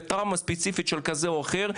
אנחנו נמשיך לחיות בגטו שלנו עם ההגדרות שלנו.